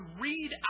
read